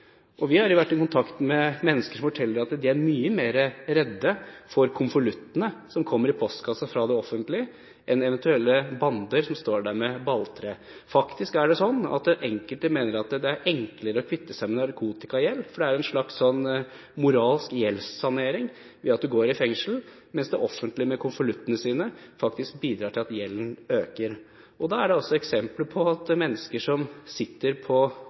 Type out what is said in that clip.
Vi har vært i kontakt med mennesker som forteller at de er mye reddere for konvoluttene som kommer i postkassen fra det offentlige enn for eventuelle bander som står foran dem med balltre. Faktisk mener enkelte at det er enklere å kvitte seg med narkotikagjeld, for det er en slags moralsk gjeldssanering ved at du går i fengsel. Det offentlige, med konvoluttene sine, bidrar faktisk til at gjelden øker. Det er eksempler på at mennesker som sitter på